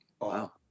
Wow